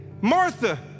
Martha